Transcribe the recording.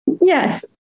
Yes